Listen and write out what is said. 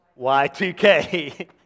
Y2K